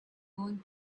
going